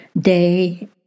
day